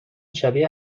شبیه